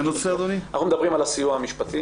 אנחנו מדברים על הסיוע המשפטי